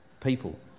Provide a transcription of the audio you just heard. people